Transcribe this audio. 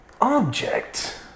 object